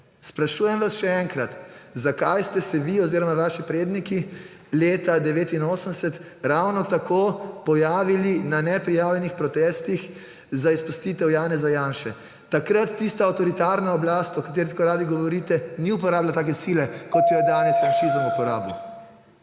Sprašujem vas še enkrat, zakaj ste se vi oziroma vaši predniki leta 1989 ravno tako pojavili na neprijavljenih protestih za izpustitev Janeza Janše. Takrat tista avtoritarna oblast, o kateri tako radi govorite, ni uporabila take sile, kot jo je danes janšizem uporabil.